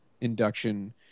induction